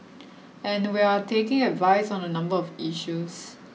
and we're taking advice on a number of issues